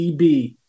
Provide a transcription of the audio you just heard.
EB